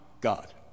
God